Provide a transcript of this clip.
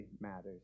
matters